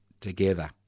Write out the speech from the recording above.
together